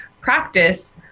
practice